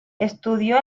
estudió